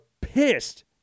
pissed